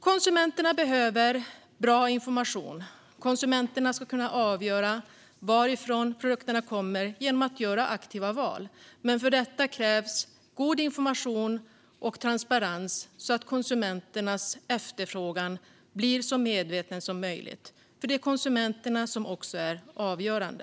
Konsumenterna behöver bra information. Konsumenterna ska kunna avgöra varifrån produkterna kommer och göra aktiva val. Men för detta krävs god information och transparens, så att konsumenternas efterfrågan blir så medveten som möjligt eftersom konsumenterna också är avgörande.